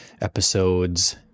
episodes